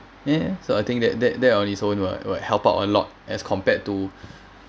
ya so I think that that that on its own will will help out a lot as compared to